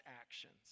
actions